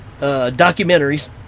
documentaries